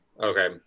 Okay